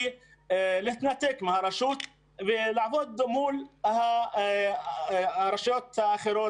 להתנתק מהרשות ולעבוד מול הרשויות האחרות,